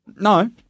No